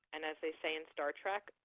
and as they say in star trek,